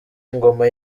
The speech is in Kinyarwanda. ingoma